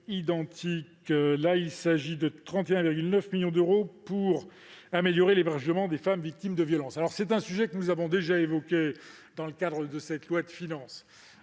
augmentation des crédits de 31,9 millions d'euros pour améliorer l'hébergement des femmes victimes de violences. C'est un sujet que nous avons déjà évoqué dans le cadre de ce projet de loi de finances.